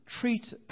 treat